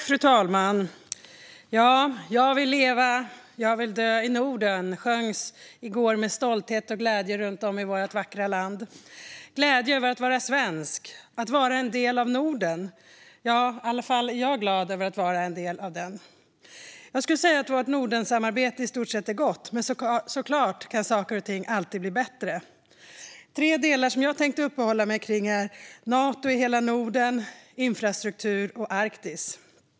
Fru talman! "Ja, jag vill leva, jag vill dö i Norden" sjöngs i går med stolthet och glädje runt om i vårt vackra land - glädje över att vara svensk, att vara en del av Norden. Jag är alla fall glad över det. Jag skulle säga att vårt Nordensamarbete i stort är gott, men saker och ting kan såklart alltid bli bättre. Tre delar som jag tänkte uppehålla mig vid är Nato i hela Norden, infrastruktur och Arktis.